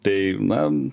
tai na